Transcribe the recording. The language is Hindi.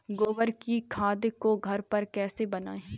गोबर की खाद को घर पर कैसे बनाएँ?